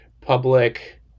public